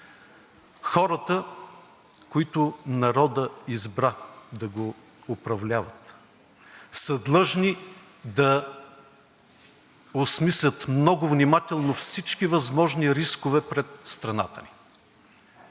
Хората, които народът избра да го управляват, са длъжни да осмислят много внимателно всички възможни рискове пред страната ни.